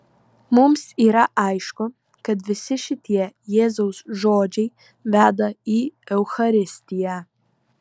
mums yra aišku kad visi šitie jėzaus žodžiai veda į eucharistiją